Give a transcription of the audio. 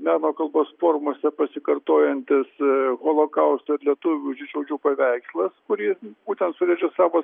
neva kalbos formose pasikartojantis holokausto lietuvių žydšaudžių paveikslas kuris būtent suvedžiau savo